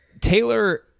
Taylor